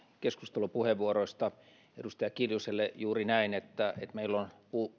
keskustelupuheenvuoroista edustaja kiljuselle juuri näin että meillä on